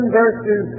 verses